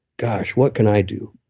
gosh, what can i do?